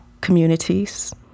communities